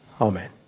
Amen